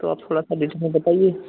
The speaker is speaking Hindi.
तो आप थोड़ा सा ब्रीफ़ में बताइए